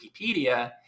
Wikipedia